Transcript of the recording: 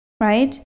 right